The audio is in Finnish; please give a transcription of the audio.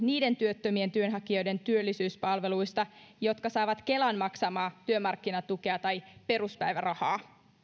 niiden työttömien työnhakijoiden työllisyyspalveluista jotka saavat kelan maksamaa työmarkkinatukea tai peruspäivärahaa